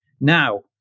Now